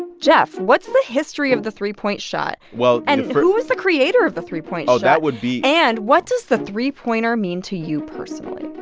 jeff, what's the history of the three-point shot? well. and who is the creator of the three-point shot? oh, that would be. and what does the three-pointer mean to you personally?